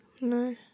No